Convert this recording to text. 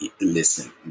listen